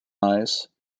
eyes